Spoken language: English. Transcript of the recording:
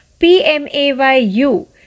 PMAYU